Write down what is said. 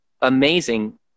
amazing